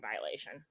violation